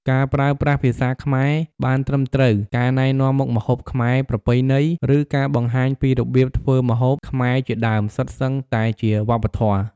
ការប្រើប្រាស់ភាសាខ្មែរបានត្រឹមត្រូវ ការណែនាំមុខម្ហូបខ្មែរប្រពៃណី ឬការបង្ហាញពីរបៀបធ្វើម្ហូបខ្មែរជាដើមសុទ្ធសឹងតែជាវប្បធម៌។